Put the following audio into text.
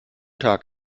tag